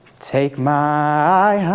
take my